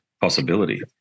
possibility